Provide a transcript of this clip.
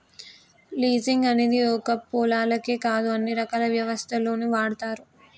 leasing అనేది ఒక్క పొలాలకే కాదు అన్ని రకాల వ్యవస్థల్లోనూ వాడతారు